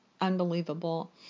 unbelievable